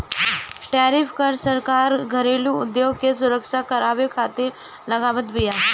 tariff कर सरकार घरेलू उद्योग के सुरक्षा करवावे खातिर लगावत बिया